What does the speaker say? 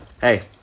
Hey